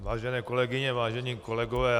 Vážené kolegyně, vážení kolegové.